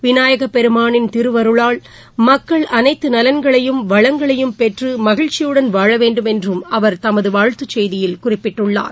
விநாயக பெருமானின் திருவருளால் மக்கள் அனைத்து நலன்களையும் வளங்களையும் பெற்று மகிழ்ச்சியுடன் வாழவேண்டும் என்று அவர் தமது வாழ்த்து செய்தியில் குறிப்பிட்டுள்ளார்